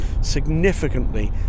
significantly